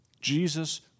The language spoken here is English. Jesus